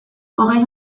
hogei